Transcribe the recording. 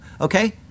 Okay